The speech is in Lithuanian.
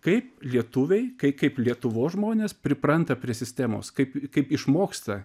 kaip lietuviai kaip lietuvos žmonės pripranta prie sistemos kaip kaip išmoksta